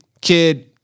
kid